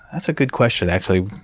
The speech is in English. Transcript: that's a good question, actually.